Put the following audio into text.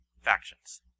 factions